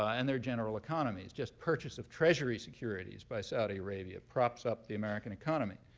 ah and their general economies. just purchase of treasury securities by saudi arabia props up the american economy.